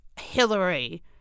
Hillary